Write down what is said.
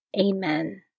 Amen